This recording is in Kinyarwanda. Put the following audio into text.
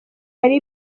hari